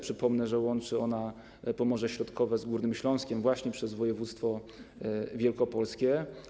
Przypomnę, że łączy ona Pomorze Środkowe z Górnym Śląskiem, przebiegając właśnie przez województwo wielkopolskie.